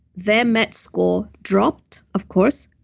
their met score dropped, of course,